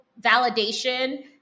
validation